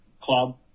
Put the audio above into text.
club